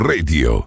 Radio